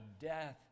death